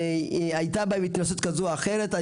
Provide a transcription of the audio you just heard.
כנראה הייתה בהם התנסות כזאת או אחרת,